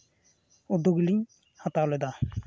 ᱩᱫᱽᱫᱳᱜᱽ ᱞᱤᱧ ᱦᱟᱛᱟᱣ ᱞᱮᱫᱟ